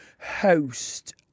host